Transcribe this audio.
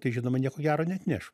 tai žinoma nieko gero neatneš